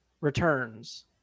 returns